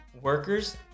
workers